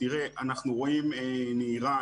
אנחנו רוצים נהירה,